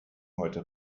heute